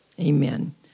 Amen